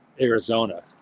Arizona